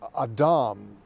Adam